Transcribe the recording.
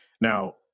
Now